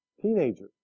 Teenager